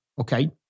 Okay